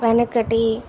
వెనకటి